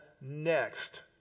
next